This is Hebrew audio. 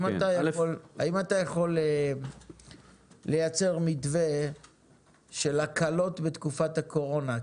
האם אתה יכול לייצר מתווה של הקלות בתקופת הקורונה?